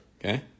Okay